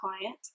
client